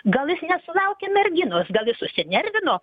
gal jis nesulaukė merginos gal jis susinervino